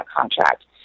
contract